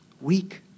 weak